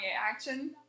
action